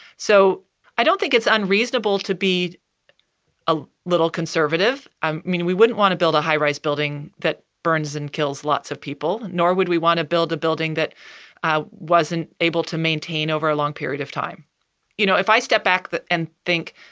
so i don't think it's unreasonable to be a little conservative. i mean, we wouldn't want to build a high rise building that burns and kills lots of people, nor would we want to build a building that wasn't able to maintain over a long period of time you know, if i step back and think,